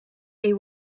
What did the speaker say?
est